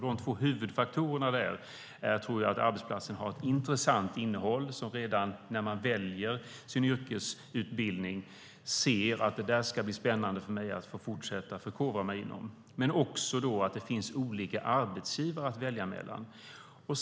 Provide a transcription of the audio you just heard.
De två huvudfaktorerna där är, tror jag, att arbetet har ett intressant innehåll, så att man redan när man väljer sin yrkesutbildning tycker att det ska bli spännande och vill fortsätta att förkovra sig inom yrket och att det finns olika arbetsgivare att välja mellan.